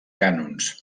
cànons